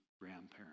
grandparents